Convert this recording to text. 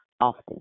often